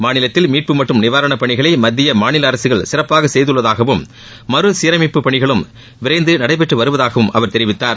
மாநிலத்தில் மீட்பு மற்றும் நிவாரணப்பணிகளை மத்திய மாநில அரசுகள் சிறப்பாக செய்துள்ளதாகவும் மறுசீரமைப்பு பணிகளும் விரைந்து நடைபெற்று வருவதாகவும் அவர் தெரிவித்தார்